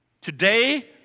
Today